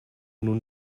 nun